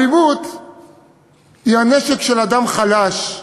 האלימות היא הנשק של אדם חלש,